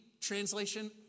translation